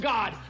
God